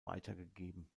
weitergegeben